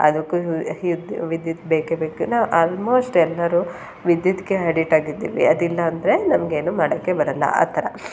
ಅದಕ್ಕೂ ವಿದ್ಯುತ್ ಬೇಕೇ ಬೇಕು ನಾ ಆಲ್ಮೋಸ್ಟ್ ಎಲ್ಲರೂ ವಿದ್ಯುತ್ತಿಗೆ ಅಡಿಟ್ ಆಗಿದ್ದೀವಿ ಅದು ಇಲ್ಲಾಂದರೆ ನಮ್ಗೆ ಏನೂ ಮಾಡೋಕ್ಕೇ ಬರೋಲ್ಲ ಆ ಥರ